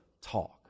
talk